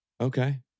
Okay